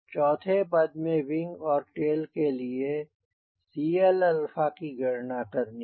चौथे पद में विंग और टेल के लिए CL alpha की गणना करनी है